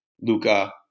Luca